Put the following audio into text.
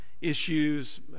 issues